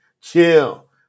chill